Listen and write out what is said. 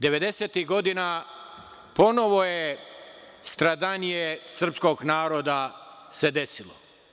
Devedesetih godina ponovo stradanije srpskog naroda se desilo.